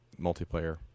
Multiplayer